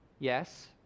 Yes